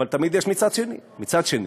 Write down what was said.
אבל תמיד יש "מצד שני" ומצד שני,